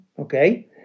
Okay